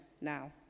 now